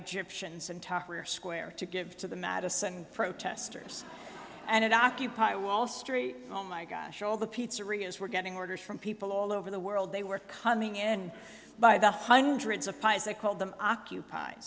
egyptians and tahrir square to give to the madison protesters and occupy wall street oh my gosh all the pizzerias were getting orders from people all over the world they were coming in by the hundreds of pies they called them occupie